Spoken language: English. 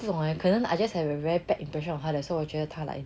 不懂 leh 可能 I just have a very bad impression of her so so 我觉得他 like